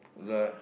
got